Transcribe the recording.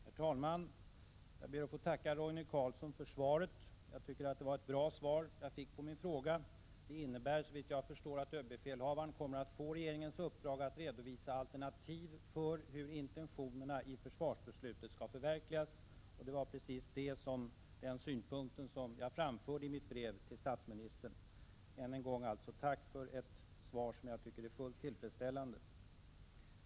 Herr talman! Jag ber att få tacka Roine Carlsson för svaret. Jag tycker att det var ett bra svar som jag fick på min fråga. Det innebär, såvitt jag förstår, att överbefälhavaren kommer att få regeringens uppdrag att redovisa alternativ för hur intentionerna i försvarsbeslutet skall förverkligas. Det var precis den synpunkten jag framförde i mitt brev till statsministern. Än en gång alltså ett tack för ett svar som jag tycker är fullt tillfredsställande.